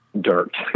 dirt